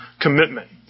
commitment